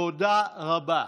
תודה רבה.